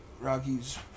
Rockies